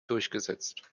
durchgesetzt